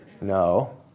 No